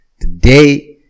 today